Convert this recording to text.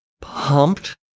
pumped